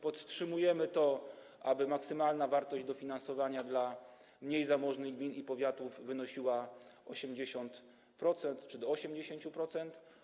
Podtrzymujemy to, aby maksymalna wartość dofinansowania dla mniej zamożnych gmin i powiatów wynosiła 80% czy do 80%.